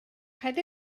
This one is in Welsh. paid